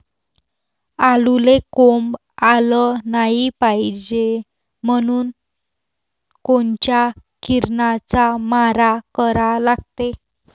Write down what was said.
आलूले कोंब आलं नाई पायजे म्हनून कोनच्या किरनाचा मारा करा लागते?